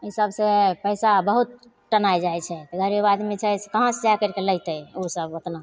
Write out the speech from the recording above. ई सबसे पइसा बहुत टनाइ जाइ छै गरीब आदमी छै कहाँसे जा करिके लेतै ओसब ओतना